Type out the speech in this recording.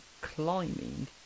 climbing